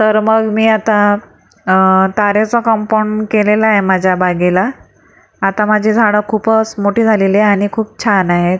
तर मग मी आता तारेचं कंपाऊंड केलेलं आहे माझ्या बागेला आता माझी झाडं खूपच मोठी झालेली आहे आणि खूप छान आहेत